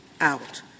out